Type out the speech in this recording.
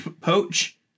poach